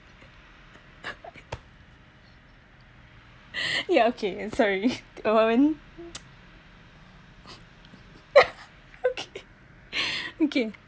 ya okay and sorry okay okay